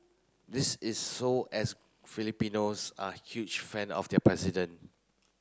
this is so as Filipinos are huge fan of their president